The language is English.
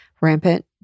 rampant